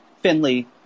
Finley